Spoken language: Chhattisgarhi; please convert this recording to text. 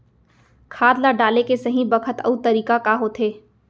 खाद ल डाले के सही बखत अऊ तरीका का होथे?